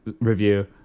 review